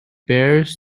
bears